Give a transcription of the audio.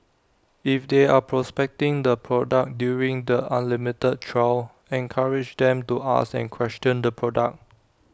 if they are prospecting the product during the unlimited trial encourage them to ask and question the product